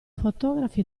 fotografi